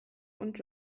und